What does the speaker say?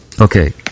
Okay